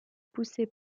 poussée